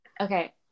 Okay